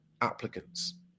applicants